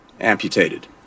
amputated